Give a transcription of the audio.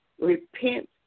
repent